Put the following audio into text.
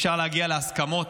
אפשר להגיע להסכמות,